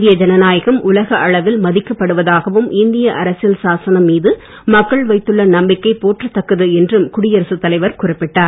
இந்திய இனநாயகம் உலக அளவில் மதிக்கப் படுவதாகவும் இந்திய அரசியல் சாசனம் மீது மக்கள் வைத்துள்ள நம்பிக்கை போற்றத்தக்கது என்றும் குடியரசுத் தலைவர் குறிப்பிட்டார்